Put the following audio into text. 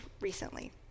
recently